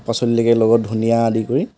পাচলি লৈকে লগত ধনিয়া আদি কৰি